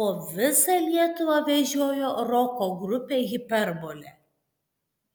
po visą lietuvą vežiojo roko grupę hiperbolė